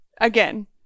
again